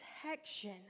protection